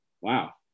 wow